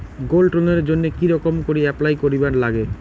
Gold লোনের জইন্যে কি রকম করি অ্যাপ্লাই করিবার লাগে?